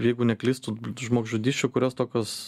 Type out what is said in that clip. jeigu neklystu žmogžudysčių kurios tokios